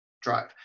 drive